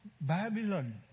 Babylon